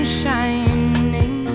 shining